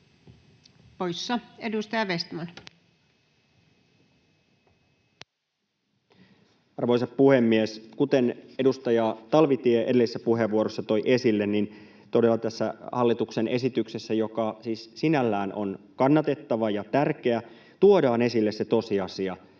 poissa. — Edustaja Vestman. Arvoisa puhemies! Kuten edustaja Talvitie edellisessä puheenvuorossa toi esille, niin todella tässä hallituksen esityksessä, joka siis sinällään on kannatettava ja tärkeä, tuodaan esille se tosiasia,